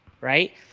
right